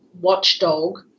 watchdog